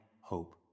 hope